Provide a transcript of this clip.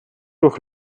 durch